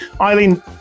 Eileen